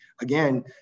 again